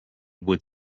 would